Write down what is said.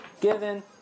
given